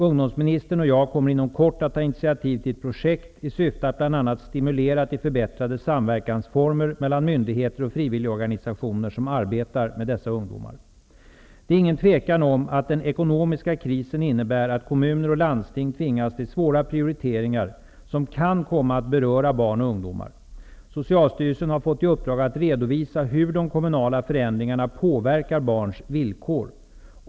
Ungdomsministern och jag kommer inom kort att ta initiativ till ett projekt i syfte att bl.a. stimulera till förbättrade samverkansformer mellan myndigheter och frivilligorganisationer som arbetar med dessa ungdomar. Det råder inga tvivel om att den ekonomiska krisen innebär att kommuner och landsting tvingas till svåra prioriteringar som kan komma att beröra barn och ungdomar. Socialstyrelsen har fått i uppdrag att redovisa hur de kommunala förändringarna påverkar barns villkor.